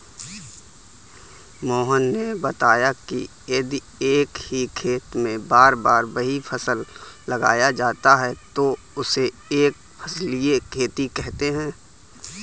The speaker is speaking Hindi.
मोहन ने बताया कि यदि एक ही खेत में बार बार वही फसल लगाया जाता है तो उसे एक फसलीय खेती कहते हैं